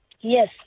Yes